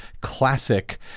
classic